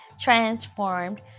transformed